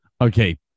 Okay